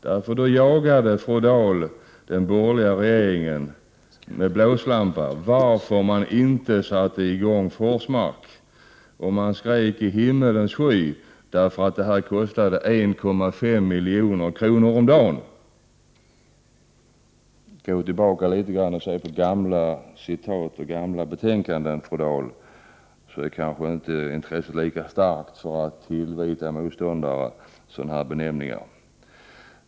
Då jagade nämligen fru Dahl den borgerliga regeringen med blåslampa med frågan varför man inte satte i gång Forsmark. Man skrek i himmelens höjd därför att detta kostade 1,5 milj.kr. om dagen. Gå tillbaka litet grand och se på gamla uttalanden och betänkanden, fru Dahl, så är kanske intresset inte längre lika starkt för att tillvita motståndare sådana här benämningar!